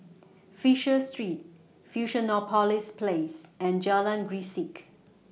Fisher Street Fusionopolis Place and Jalan Grisek